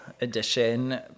edition